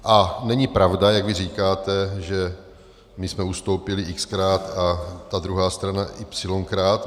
A není pravda, jak vy říkáte, že my jsme ustoupili xkrát a ta druhá strana ykrát.